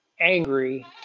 Angry